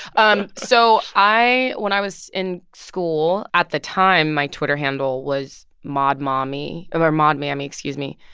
um so i when i was in school, at the time my twitter handle was maudmommy or maudmammy, excuse me.